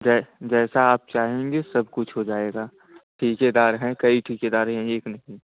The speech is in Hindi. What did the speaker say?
जै जैसा आप चाहेंगे सब कुछ हो जाएगा ठेकेदार है कई ठेकेदार हैं एक नहीं